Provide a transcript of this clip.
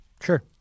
sure